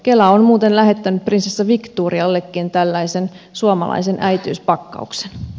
kela on muuten lähettänyt prinsessa victoriallekin tällaisen suomalaisen äitiyspakkauksen